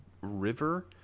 river